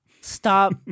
Stop